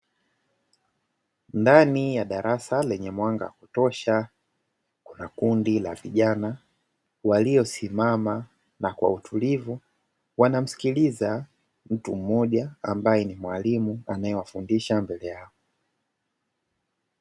Ndani ya darasa lenye mwanga wa kutosha kuna kundi la vijana waliosimama na kwa utulivu, wanamsikiliza mtu mmoja ambaye ni mwalimu anayewafundisha mbele yao.